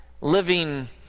living